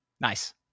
Nice